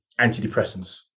antidepressants